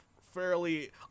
fairly